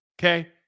Okay